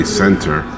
center